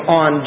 on